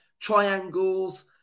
triangles